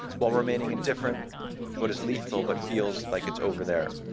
while remaining indifferent to what is lethal, but feels like it's over there.